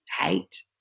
hate